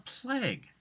plague